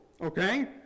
Okay